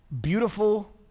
beautiful